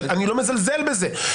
אני לא מזלזל בזה,